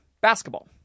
basketball